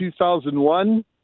2001